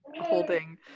holding